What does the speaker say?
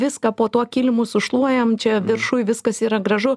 viską po tuo kilimu sušluojam čia viršuj viskas yra gražu